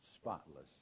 spotless